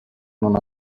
non